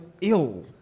ill